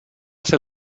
ser